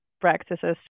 practices